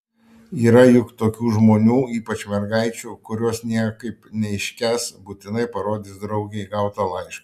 yra juk tokių žmonių ypač mergaičių kurios niekaip neiškęs būtinai parodys draugei gautą laišką